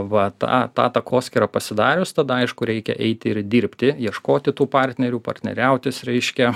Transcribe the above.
va tą tą takoskyrą pasidarius tada aišku reikia eiti ir dirbti ieškoti tų partnerių partneriautis reiškia